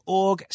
org